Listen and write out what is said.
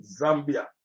Zambia